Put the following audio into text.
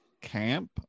camp